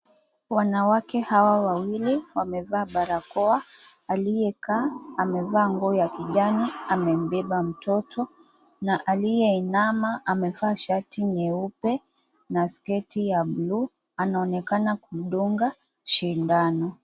Wanawake hawa wawili, wamevaa barakoa aliyekaa, amevaa nguo ya kijani amembeba mtoto. Na aliyeinama amevaa shati nyeupe na sketi ya blue, anaonekana kumdunga sindano.